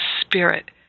spirit